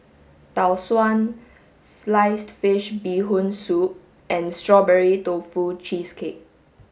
tau suan sliced fish bee hoon soup and strawberry tofu cheesecake